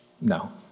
No